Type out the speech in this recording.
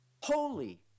holy